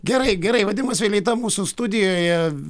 gerai gerai vadimas vileita mūsų studijoje